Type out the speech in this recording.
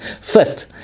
First